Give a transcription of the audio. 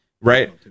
right